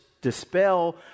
dispel